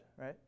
right